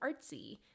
artsy